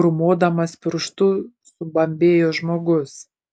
grūmodamas pirštu subambėjo žmogus